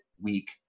week